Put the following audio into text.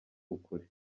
ukuri